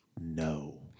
no